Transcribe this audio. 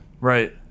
Right